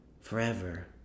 forever